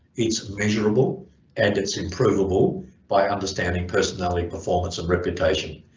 it's measurable and it's improvable by understanding personality, performance and reputation.